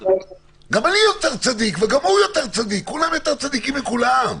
גם אני יותר צדיק וגם הוא יותר צדיק כולם יותר צדיקים מכולם.